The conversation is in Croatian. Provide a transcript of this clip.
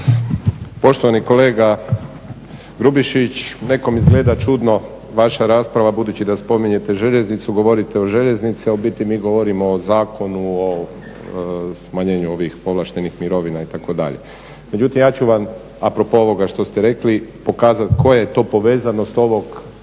Poštovani kolega Grubišić, nekom izgleda čudno vaša rasprava budući da spominjete željeznicu, govorite o željeznici, a u biti mi govorimo o zakonu, o smanjenju ovih povlaštenih mirovina, itd. Međutim, ja ću vam a propos ovoga što ste rekli pokazati koja je to povezanost ovog